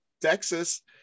Texas